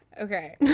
Okay